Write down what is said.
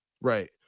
Right